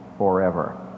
forever